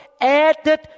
added